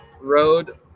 Road